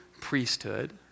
priesthood